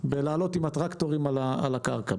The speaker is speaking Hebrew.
בלעלות עם הטרקטורים על הקרקע.